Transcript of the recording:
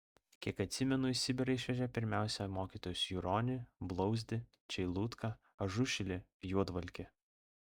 kiek atsimenu į sibirą išvežė pirmiausia mokytojus juronį blauzdį čeilutką ažušilį juodvalkį